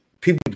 people